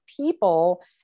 people